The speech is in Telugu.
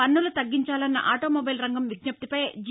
పన్నులు తగ్గించాలన్న ఆటోమోబైల్ రంగం విజ్జప్తిపై జి